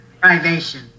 Privation